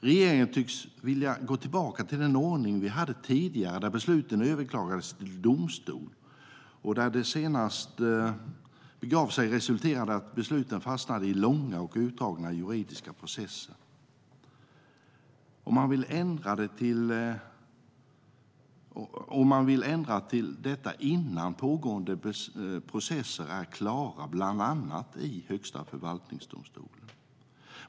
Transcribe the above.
Regeringen tycks vilja gå tillbaka till den ordning vi hade tidigare då besluten överklagades till domstol och där det senast begav sig resulterade i att besluten fastnade i långa och utdragna juridiska processer. Man vill ändra detta innan pågående processer är klara, bland annat i Högsta förvaltningsdomstolen.